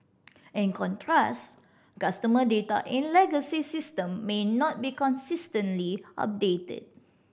in contrast customer data in legacy system may not be consistently updated